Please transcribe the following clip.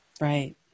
right